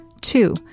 Two